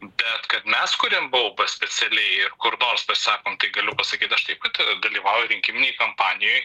bet kad mes kuriam baubą specialiai ir kur nors pasakom tai galiu pasakyt aš taip pat dalyvauju rinkiminėj kampanijoj